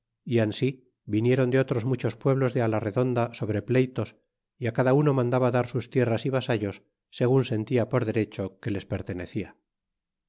é ansi vinieron de otros muchos pueblos de fila redonda sobre pleytos y cada uno mandaba dar sus tierras y vasallos segun sentia por derecho que les pertenecia